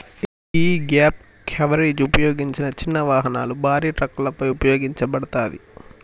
యీ gap coverage ఉపయోగించిన చిన్న వాహనాలు, భారీ ట్రక్కులపై ఉపయోగించబడతాది